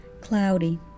cloudy